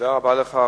תודה רבה לך,